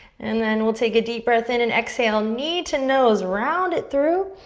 and then we'll take a deep breath in and exhale, knee to nose, round it through.